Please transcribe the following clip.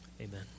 amen